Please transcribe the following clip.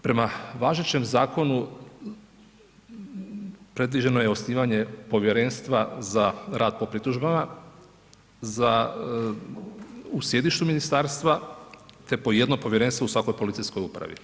Prema važećem zakonu, predviđeno je osnivanje Povjerenstva za rad po pritužbama za, u sjedištu ministarstva, te po jedno povjerenstvo u svakoj policijskoj upravi.